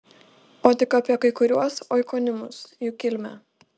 o tik apie kai kuriuos oikonimus jų kilmę